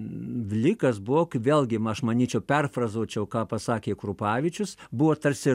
vlikas buvo kaip vėlgi aš manyčiau perfrazuočiau ką pasakė krupavičius buvo tarsi